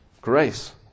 grace